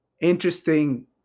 interesting